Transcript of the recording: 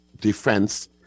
defense